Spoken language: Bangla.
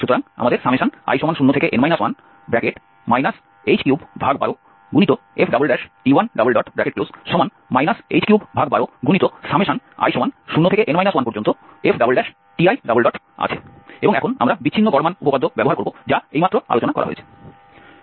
সুতরাং আমাদের i0n 1 h312f h312i0n 1fti আছে এবং এখন আমরা বিচ্ছিন্ন গড় মান উপপাদ্য ব্যবহার করব যা এইমাত্র আলোচনা করা হয়েছে